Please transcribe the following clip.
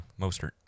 Mostert